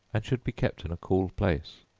and should be kept in a cool place.